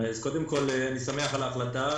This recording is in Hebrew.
קודם כל, אני שמח על ההחלטה.